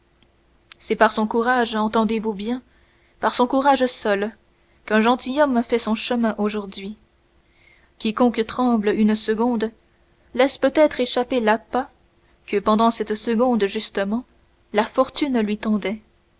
c'est par son courage entendez-vous bien par son courage seul qu'un gentilhomme fait son chemin aujourd'hui quiconque tremble une seconde laisse peut-être échapper l'appât que pendant cette seconde justement la fortune lui tendait